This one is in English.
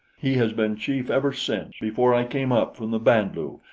he has been chief ever since, before i came up from the band-lu,